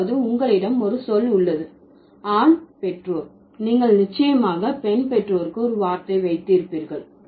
அதாவது உங்களிடம் ஒரு சொல் உள்ளது ஆண் பெற்றோர் நீங்கள் நிச்சயமாக பெண் பெற்றோருக்கு ஒரு வார்த்தை வைத்திருப்பீர்கள்